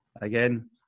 again